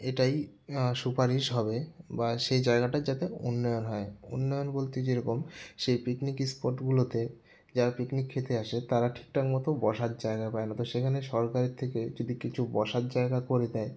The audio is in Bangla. এটাই সুপারিশ হবে বা সেই জায়গাটার যাতে উন্নয়ন হয় উন্নয়ন বলতে যেরকম সেই পিকনিক স্পটগুলোতে যারা পিকনিক খেতে আসে তারা ঠিকঠাক মতো বসার জায়গা পায় না তো সেখানে সরকারের থেকে যদি কিছু বসার জায়গা করে দেয়